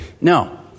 No